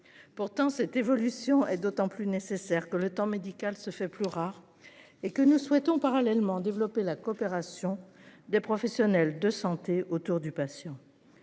Pourtant, cette évolution est d'autant plus nécessaire que le temps médical se fait plus rare et que nous souhaitons parallèlement développer la coopération des professionnels de santé autour du patient.